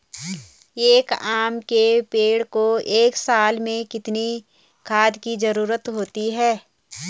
एक आम के पेड़ को एक साल में कितने खाद की जरूरत होती है?